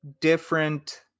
different